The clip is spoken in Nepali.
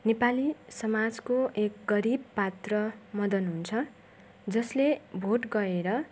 नेपाली समाजको एक गरिब पात्र मदन हुन्छ जसले भोट गएर